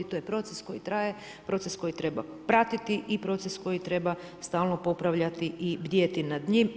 To je proces koji traje, proces koji treba pratiti i proces koji treba stalno popravljati i bdjeti nad njim.